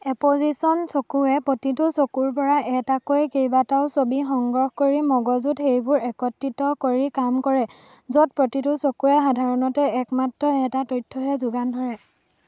apposition চকুৱে প্ৰতিটো চকুৰপৰা এটাকৈ কেইবাটাও ছবি সংগ্ৰহ কৰি মগজুত সেইবোৰ একত্ৰিত কৰি কাম কৰে য'ত প্ৰতিটো চকুৱে সাধাৰণতে একমাত্ৰ এটা তথ্যহে যোগান ধৰে